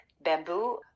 bamboo